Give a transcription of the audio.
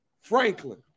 Franklin